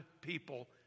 people